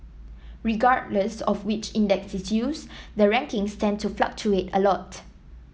regardless of which index is used the rankings tend to fluctuate a lot